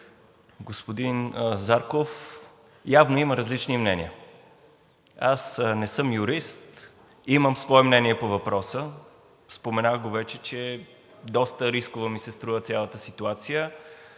господин Зарков, явно има различни мнения. Аз не съм юрист и имам свое мнение по въпроса. Споменах го вече, че доста рискова ми се струва цялата ситуация,